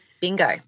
bingo